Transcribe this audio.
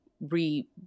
re